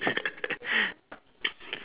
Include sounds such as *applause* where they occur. *laughs*